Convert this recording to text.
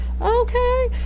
okay